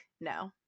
no